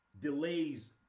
delays